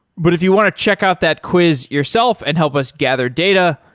but if you want to check out that quiz yourself and help us gather data,